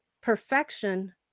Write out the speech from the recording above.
perfection